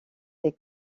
des